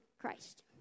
Christ